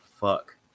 fuck